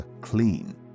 clean